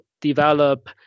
develop